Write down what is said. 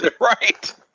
Right